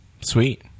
Sweet